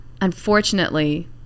unfortunately